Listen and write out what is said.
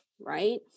right